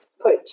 put